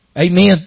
Amen